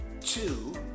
two